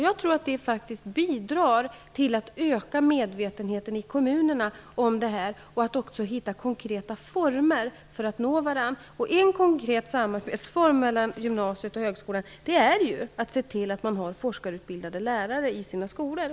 Jag tror att det faktiskt bidrar till att öka medvetenheten i kommunerna och till att man kan hitta konkreta former för att nå varandra. En konkret samarbetsform för gymnasiet och högskolan är att se till att man har forskarutbildade lärare på skolorna.